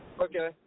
Okay